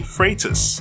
Freitas